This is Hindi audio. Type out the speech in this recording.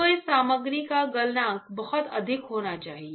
तो इस सामग्री का गलनांक बहुत अधिक होना चाहिए